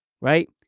right